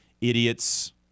idiots